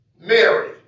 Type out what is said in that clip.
Mary